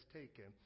taken